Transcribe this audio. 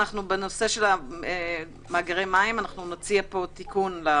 בנושא של מאגרי מים נציע פה תיקון לחוק.